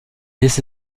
this